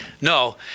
No